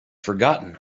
forgotten